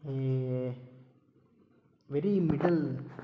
very middle